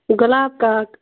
گۄلاب کاک